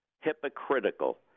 hypocritical